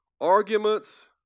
arguments